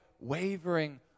wavering